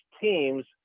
teams